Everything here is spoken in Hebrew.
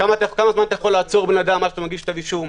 כמה זמן אתה יכול לעצור אדם עד שמגיע כתב אישום?